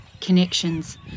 connections